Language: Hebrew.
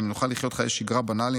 האם נוכל לחיות חיי שגרה בנאליים